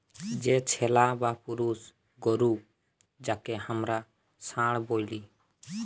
যে ছেলা বা পুরুষ গরু যাঁকে হামরা ষাঁড় ব্যলি